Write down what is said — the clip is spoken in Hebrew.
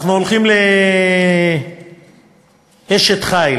אנחנו הולכים ל"אשת חיל".